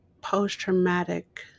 post-traumatic